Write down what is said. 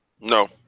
no